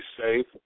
safe